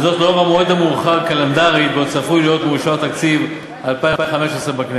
וזאת לאור המועד המאוחר קלנדרית שבו צפוי להיות מאושר תקציב 2015 בכנסת.